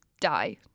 die